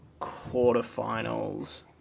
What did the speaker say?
quarterfinals